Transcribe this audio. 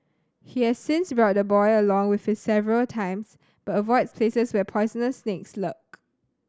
he has since brought the boy along with him several times but avoids places where poisonous snakes lurk